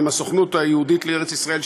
ועם הסוכנות היהודית לארץ-ישראל,